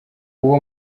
uwo